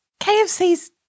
KFC's